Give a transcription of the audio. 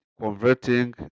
converting